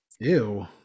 Ew